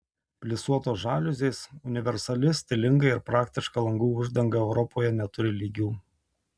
plisuotos žaliuzės universali stilinga ir praktiška langų uždanga europoje neturi lygių